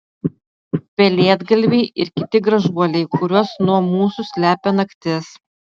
pelėdgalviai ir kiti gražuoliai kuriuos nuo mūsų slepia naktis